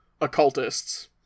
occultists